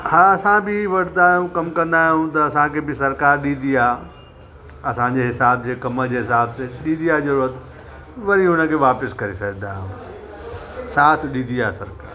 हा असां बि वठंदा आहियूं कमु कंदा आहियूं त असांखे बि सरकारि ॾींदी आहे असांजे हिसाब जे कम जे हिसाब सां थींदी आहे ज़रूरत वरी हुन खे वापसि करे छॾंदा आहियूं साथ ॾींदी आहे सरकारि